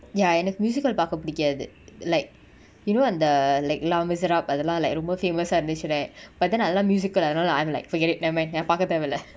ya எனக்கு:enaku musical பாக்க புடிக்காது:paaka pudikathu like you know அந்த:antha like lamiserap அதலா:athala like ரொம்ப:romba famous ah இருந்துச்சு:irunthuchu right but then அதலா:athala musical அதனால:athanala I'm like forget it never mind eh பாக்க தேவல்ல:paaka thevalla